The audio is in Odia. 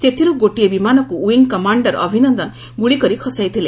ସେଥିରୁ ଗୋଟିଏ ବିମାନକୁ ୱିଙ୍ଗ୍ କମାଣ୍ଡର ଅଭିନନ୍ଦନ ଗୁଳି କରି ଖସାଇଥିଲେ